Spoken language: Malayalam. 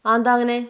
അതെന്താണ് അങ്ങനെ